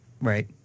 Right